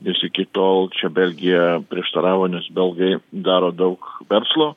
nes iki tol čia belgija prieštaravo nes belgai daro daug verslo